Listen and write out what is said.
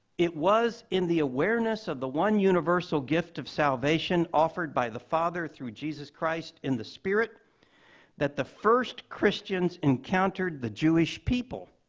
it was in the awareness of the one universal gift of salvation offered by the father through jesus christ in the spirit that the first christians encountered the jewish people,